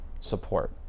support